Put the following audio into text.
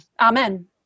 Amen